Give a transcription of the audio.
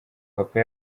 papa